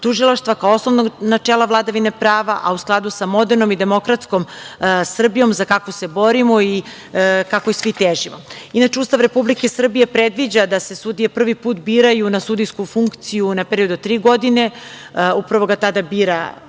Tužilaštva kao osnovnog načela vladavine prava, a u skladu sa modernom i demokratskom Srbijom za kakvu se borimo, i kakvoj svi težimo. Inače, Ustav Republike Srbije, predviđa da se sudije prvi put biraju na sudijsku funkciju na period od tri godine, upravo ga tada bira